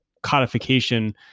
codification